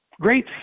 great